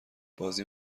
بازی